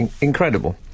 incredible